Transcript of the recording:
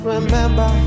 Remember